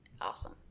Awesome